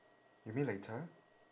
you mean later